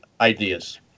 ideas